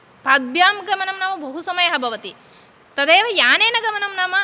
पद्भ्यां गमनं नाम बहु समयः भवति तदेव यानेन गमनं नाम